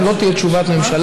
ולכן לא תהיה תשובת ממשלה.